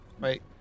Wait